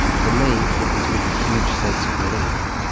for me it was with a huge sense of relief.